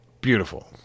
beautiful